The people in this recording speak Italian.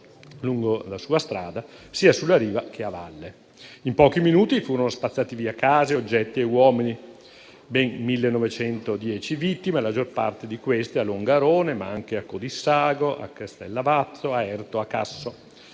lungo la sua strada, sia a riva che a valle. In pochi minuti furono spazzati via case, oggetti e uomini, registrando ben 1.910 vittime, la maggior di queste a Longarone, ma anche a Codissago, a Castellavazzo, a Erto e a Casso.